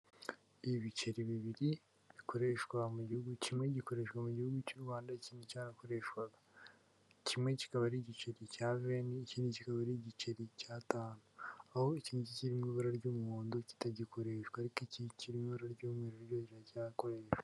Ibiceri bibiri bikoreshwa mu gihugu kimwe gikoreshwa mu gihugu cy'u Rwanda ikindi cyarakoreshwaga kimwe kikaba ari igiceri cya venti ikindi kikaba ari igiceri cyatanu aho ikindi kiburara ry'umuhondo kitagikoreshwa ariko iki kiri mu ibara ry'umweru kiracyakoreshwa.